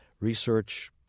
research